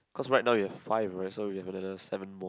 cause right now you have five right so we have another seven more